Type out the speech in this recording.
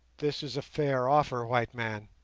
this is a fair offer, white man.